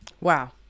Wow